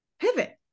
pivot